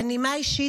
בנימה אישית,